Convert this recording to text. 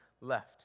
left